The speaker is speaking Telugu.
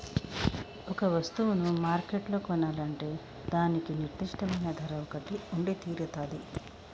ఒక వస్తువును మార్కెట్లో కొనాలంటే దానికి నిర్దిష్టమైన ధర ఒకటి ఉండితీరతాది